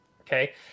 Okay